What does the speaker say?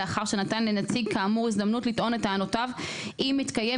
לאחר שנתן לנציג כאמור הזדמנות לטעון את טענותיו אם מתקיים